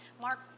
Mark